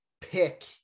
pick